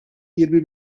yirmi